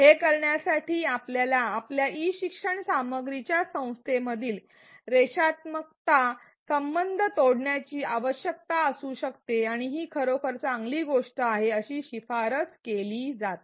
हे करण्यासाठी आपल्याला आपल्या ई शिक्षण सामग्रीच्या संस्थेमधील रेषात्मकता संबंध तोडण्याची आवश्यकता असू शकते आणि ही खरोखर चांगली गोष्ट आहे अशी शिफारस केली जाते